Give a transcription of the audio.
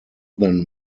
than